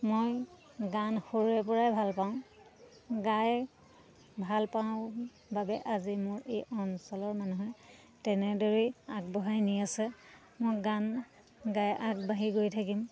মই গান সৰুৰে পৰাই ভাল পাওঁ গাই ভাল পাওঁ বাবে আজি মোৰ এই অঞ্চলৰ মানুহে তেনেদৰেই আগবঢ়াই নি আছে মই গান গাই আগবাঢ়ি গৈ থাকিম